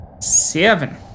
Seven